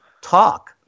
talk